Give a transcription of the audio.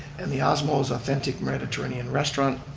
and the osmow's authentic mediterranean restaurant.